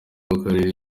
w’akarere